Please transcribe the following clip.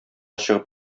чыгып